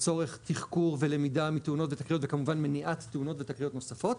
לצורך תחקור ולמידה מתאונות אחרות וכמובן מניעת תאונות ותקריות נוספות,